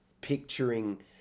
picturing